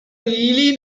really